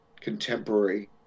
contemporary